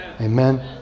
Amen